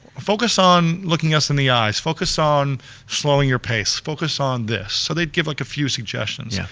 focus on looking us in the eyes, focus on slowing your pace, focus on this. so they'd give like a few suggestions. yeah